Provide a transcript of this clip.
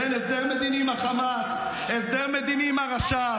כן, הסדר מדיני עם החמאס, הסדר מדיני עם הרש"פ.